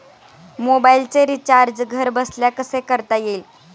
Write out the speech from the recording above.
मोबाइलचे रिचार्ज घरबसल्या कसे करता येईल?